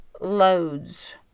loads